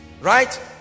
right